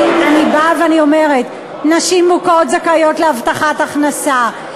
אני באה ואומרת: נשים מוכות זכאיות להבטחת הכנסה.